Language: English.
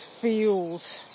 feels